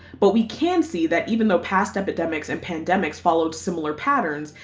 but we can see that even though past epidemics and pandemics followed similar patterns,